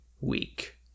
week